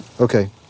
Okay